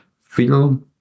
feel